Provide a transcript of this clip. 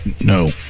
No